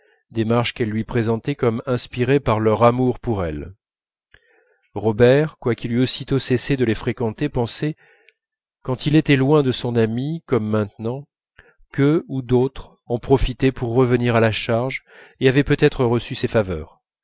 démarche qu'elle lui présentait comme inspirée par leur amour pour elle robert quoiqu'il eût aussitôt cessé de les fréquenter pensait quand il était loin de son amie comme maintenant qu'eux ou d'autres en profitaient pour revenir à la charge et avaient peut-être reçu ses faveurs